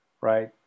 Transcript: right